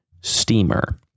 steamer